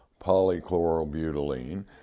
polychlorobutylene